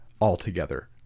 altogether